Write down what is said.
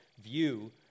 view